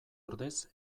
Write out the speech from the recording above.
ordez